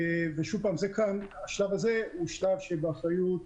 שוב, השלב הזה הוא באחריות המשרדים.